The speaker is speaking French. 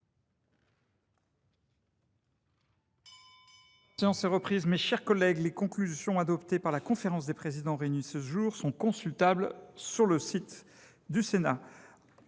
est reprise. Les conclusions adoptées par la conférence des présidents, réunie ce jour, sont consultables sur le site du Sénat.